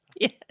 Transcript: Yes